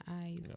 eyes